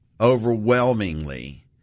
overwhelmingly